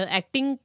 acting